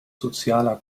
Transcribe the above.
sozialer